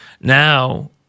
Now